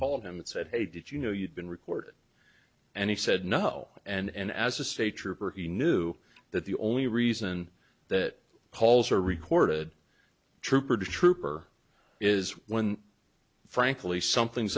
called him and said hey did you know you'd been reported and he said no and as a state trooper he knew that the only reason that calls are recorded trooper trooper is when frankly something